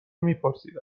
میپرسیدم